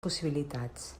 possibilitats